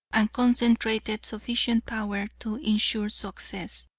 and concentrated sufficient power to insure success.